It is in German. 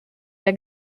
der